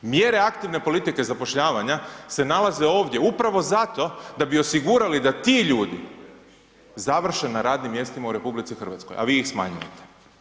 Mjere aktivne politike zapošljavanja se nalaze ovdje upravo zato da bi osigurali da ti ljudi završe na radnim mjestima u RH, a vi ih smanjujete.